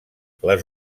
les